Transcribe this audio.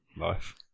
Life